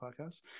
Podcast